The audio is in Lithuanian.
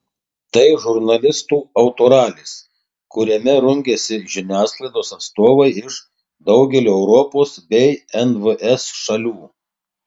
tai žurnalistų autoralis kuriame rungiasi žiniasklaidos atstovai iš daugelio europos bei nvs šalių